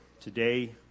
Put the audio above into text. today